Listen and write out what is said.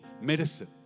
medicine